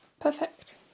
perfect